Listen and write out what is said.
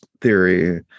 theory